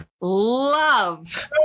love